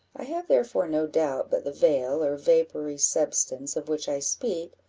i have therefore no doubt but the veil, or vapoury substance, of which i speak,